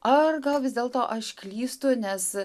ar gal vis dėlto aš klystu nes